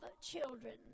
children